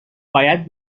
باید